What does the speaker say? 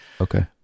Okay